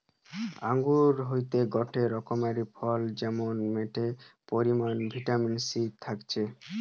আঙ্গুর হয়টে গটে রকমের টক ফল যাতে ম্যালা পরিমাণে ভিটামিন সি থাকতিছে